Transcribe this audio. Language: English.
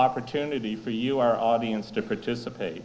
opportunity for you our audience to participate